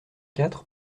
quatre